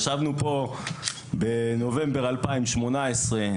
ישבנו פה בנובמבר 2018,